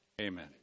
Amen